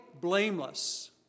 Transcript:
blameless